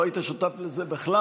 לא היית שותף לזה בכלל,